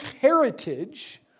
heritage